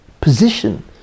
position